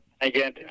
again